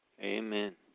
Amen